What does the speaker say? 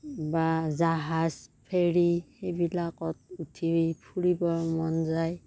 বা জাহাজ ফেৰী সেইবিলাকত উঠি ফুৰিব মন যায়